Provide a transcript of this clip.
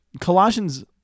Colossians